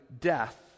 death